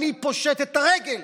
אני פושט את הרגל.